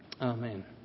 Amen